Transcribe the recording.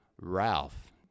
Ralph